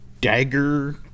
dagger